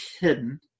hidden